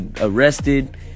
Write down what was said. arrested